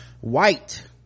White